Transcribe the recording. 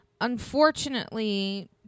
unfortunately